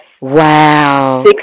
Wow